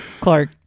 Clark